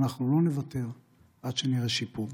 אנחנו לא נוותר עד שנראה שיפור.